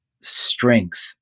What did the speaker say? strength